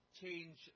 change